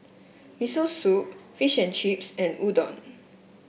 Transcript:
Miso Soup Fish and Chips and Udon